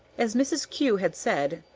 as mrs. kew had said,